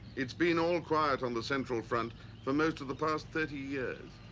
it's been all quiet on the central front for most of the past thirty years.